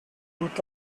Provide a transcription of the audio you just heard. both